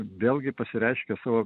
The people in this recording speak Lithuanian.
vėlgi pasireiškia savo